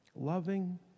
Loving